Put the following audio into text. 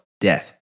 death